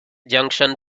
junction